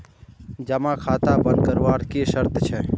जमा खाता बन करवार की शर्त छे?